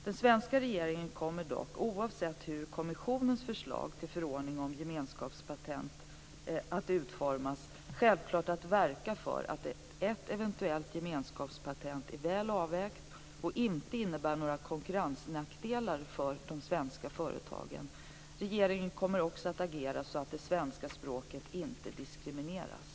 Den svenska regeringen kommer dock, oavsett hur kommissionens förslag till förordning om gemenskapspatent utformas, självklart att verka för att ett eventuellt gemenskapspatent är väl avvägt och inte innebär några konkurrensnackdelar för de svenska företagen. Regeringen kommer också att agera så att det svenska språket inte diskrimineras.